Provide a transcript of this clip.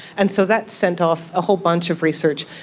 and so that sent off a whole bunch of research.